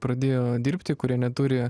pradėjo dirbti kurie neturi